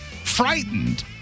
frightened